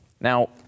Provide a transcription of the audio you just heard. Now